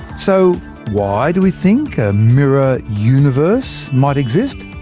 so why do we think a mirror universe might exist?